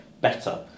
better